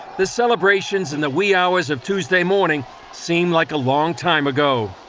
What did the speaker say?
the celebrations in the wee hours of tuesday morning seem like a long time ago.